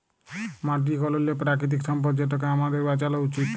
মাটি ইক অলল্য পেরাকিতিক সম্পদ যেটকে আমাদের বাঁচালো উচিত